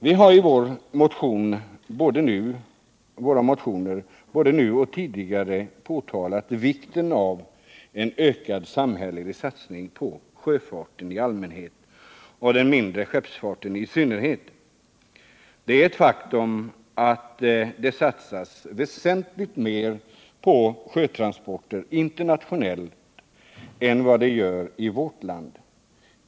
Vi har i våra motioner — både nu och tidigare — pekat på vikten av en ökad samhällelig satsning på sjöfarten i allmänhet och den mindre skeppsfarten i synnerhet. Det är ett faktum att det satsas väsentligt mer på sjötransporter internationellt än vad man gör i vårt land.